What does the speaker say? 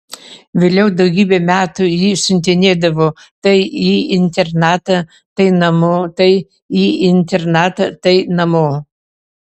vėliau daugybę metų jį siuntinėdavo tai į internatą tai namo tai į internatą tai namo